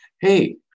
hey